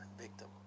victim